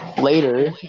later